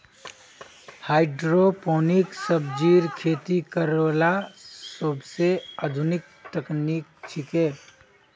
hydroponic सब्जिर खेती करला सोबसे आधुनिक तकनीक छिके